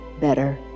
better